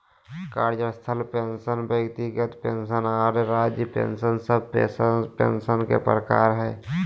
कार्यस्थल पेंशन व्यक्तिगत पेंशन आर राज्य पेंशन सब पेंशन के प्रकार हय